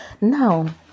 Now